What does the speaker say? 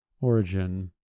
Origin